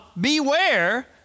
beware